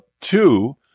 two